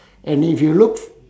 and if you look